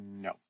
no